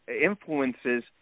influences